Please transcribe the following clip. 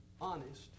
honest